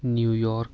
New York